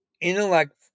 intellect